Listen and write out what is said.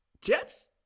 Jets